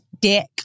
dick